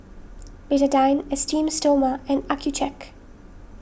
Betadine Esteem Stoma and Accucheck